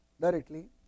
directly